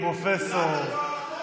"פרופסור".